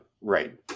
right